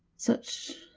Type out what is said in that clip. such.